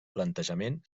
plantejament